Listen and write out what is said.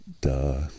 duh